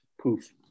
poof